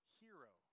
hero